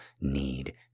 need